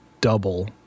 double